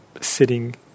sitting